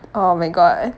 oh my god